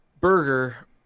Burger